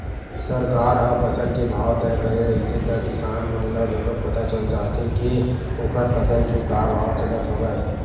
सरकार ह फसल के भाव तय करे रहिथे त किसान मन ल घलोक पता चल जाथे के ओखर फसल के का भाव चलत हवय